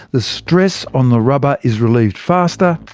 the stress on the rubber is relieved faster,